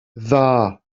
dda